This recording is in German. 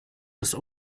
des